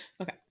Okay